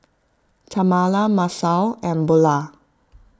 Tamala Masao and Bulah